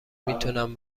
میتونم